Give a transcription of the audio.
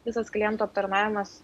visas klientų aptarnavimas